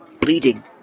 bleeding